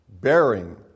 Bearing